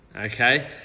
Okay